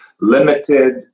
limited